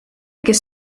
kes